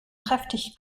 kräftig